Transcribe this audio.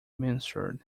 mansard